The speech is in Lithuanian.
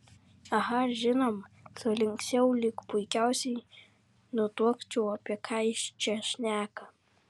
aha žinoma sulinksėjau lyg puikiausiai nutuokčiau apie ką jis čia šneka